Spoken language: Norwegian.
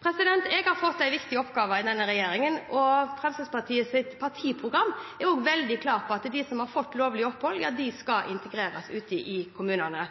Jeg har fått en viktig oppgave i denne regjeringen, og Fremskrittspartiets partiprogram er også veldig klart på at de som har fått lovlig opphold, skal integreres ute i kommunene.